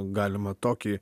galima tokį